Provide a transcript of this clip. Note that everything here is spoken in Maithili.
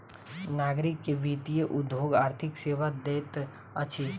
नागरिक के वित्तीय उद्योग आर्थिक सेवा दैत अछि